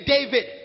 David